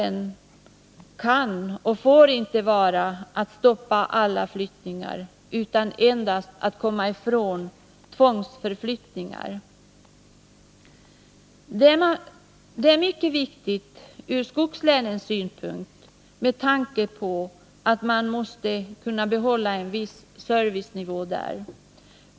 Målet kan och får inte vara att stoppa alla flyttningar, utan endast att komma ifrån tvångsförflyttningar. Detta är mycket viktigt ur skogslänens synpunkt, med tanke på att man måste kunna behålla en viss servicenivå där.